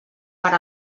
per